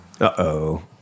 Uh-oh